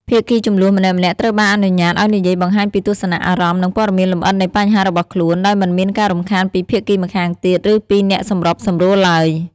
ភាគីជម្លោះម្នាក់ៗត្រូវបានអនុញ្ញាតឲ្យនិយាយបង្ហាញពីទស្សនៈ អារម្មណ៍ និងព័ត៌មានលម្អិតនៃបញ្ហារបស់ខ្លួន ដោយមិនមានការរំខានពីភាគីម្ខាងទៀត ឬពីអ្នកសម្របសម្រួលឡើយ។